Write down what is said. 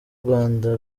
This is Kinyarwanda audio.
rwanda